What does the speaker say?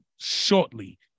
shortly